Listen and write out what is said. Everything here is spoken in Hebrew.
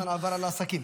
מזמן עבר על העסקים.